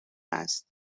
است